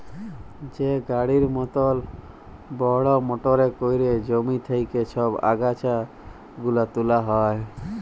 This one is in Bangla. যে গাড়ির মতল বড়হ মটরে ক্যইরে জমি থ্যাইকে ছব আগাছা গুলা তুলা হ্যয়